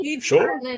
Sure